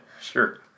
Sure